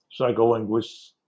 psycholinguists